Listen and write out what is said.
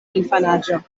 infanaĝo